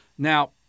Now